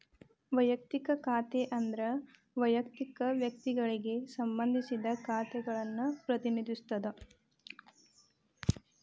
ವಯಕ್ತಿಕ ಖಾತೆ ಅಂದ್ರ ವಯಕ್ತಿಕ ವ್ಯಕ್ತಿಗಳಿಗೆ ಸಂಬಂಧಿಸಿದ ಖಾತೆಗಳನ್ನ ಪ್ರತಿನಿಧಿಸುತ್ತ